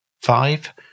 Five